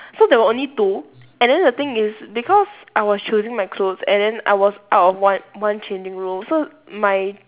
so there were only two and then the thing is because I was choosing my clothes and then I was out of one one changing room so my